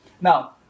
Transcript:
Now